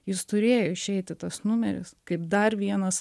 jis turėjo išeiti tas numeris kaip dar vienas